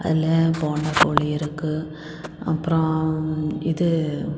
அதில் போந்தா கோழி இருக்கு அப்பறம் இது